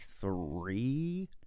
three